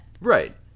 Right